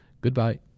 Goodbye